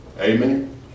Amen